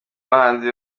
bahanzi